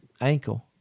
ankle